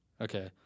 Okay